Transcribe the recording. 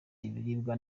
ibiribwa